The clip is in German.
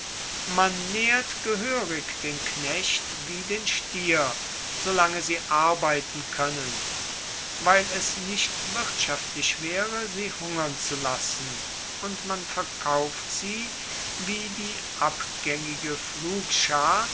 man naehrt gehoerig den knecht wie den stier solange sie arbeiten koennen weil es nicht wirtschaftlich waere sie hungern zu lassen und man verkauft sie wie die abgaengige pflugschar